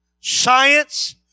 science